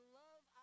love